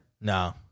No